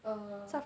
err